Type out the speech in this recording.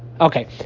Okay